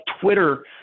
Twitter